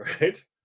Right